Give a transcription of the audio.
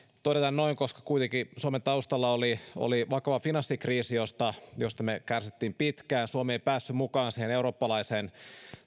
todeta noin koska kuitenkin suomen taustalla oli oli vakava finanssikriisi josta josta me kärsimme pitkään suomi ei päässyt mukaan siihen eurooppalaiseen